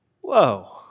whoa